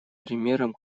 примером